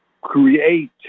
create